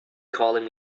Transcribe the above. calling